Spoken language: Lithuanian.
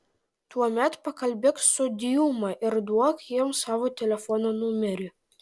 tuomet pakalbėk su diuma ir duok jiems savo telefono numerį